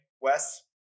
Wes